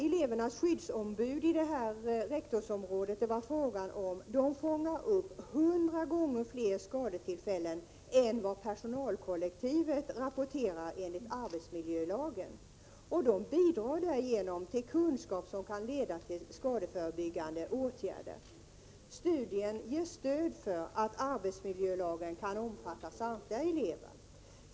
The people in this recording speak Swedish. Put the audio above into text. Elevernas skyddsombud i det rektorsområde där undersökningen gjordes fångade upp hundra gånger fler skadetillfällen än personalkollektivet rapporterar enligt arbetsmiljölagen. Därigenom bidrar de till kunskap som kan leda till skadeförebyggande åtgärder. Studien ger stöd för att arbetsmiljölagen kan omfatta samtliga elever.